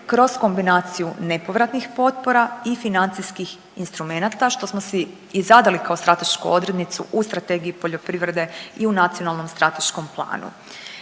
kroz kombinaciju nepovratnih potpora i financijskih instrumenata što smo si i zadali kao stratešku odrednicu u strategiji poljoprivrede i u nacionalnom strateškom planu.